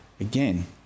Again